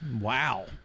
Wow